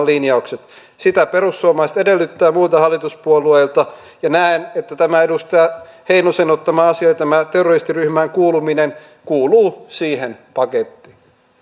linjaukset sitä perussuomalaiset edellyttää muilta hallituspuolueilta ja näen että tämä edustaja heinosen esille ottama asia tämä terroristiryhmään kuuluminen kuuluu siihen pakettiin